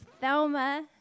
Thelma